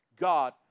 God